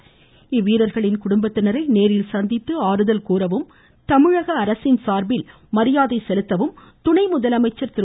மேலும் இவ்வீரர்களின் குடும்பத்தினரை நேரில் சந்தித்து ஆறுதல் கூறவும் தமிழக அரசின் சார்பில் மரியாதை செலுத்தவும் துணை முதலமைச்சர் திரு